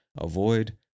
Avoid